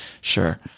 Sure